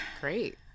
great